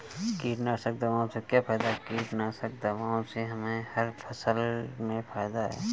कीटनाशक दवाओं से क्या फायदा होता है?